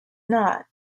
not